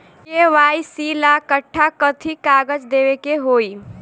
KYC ला कट्ठा कथी कागज देवे के होई?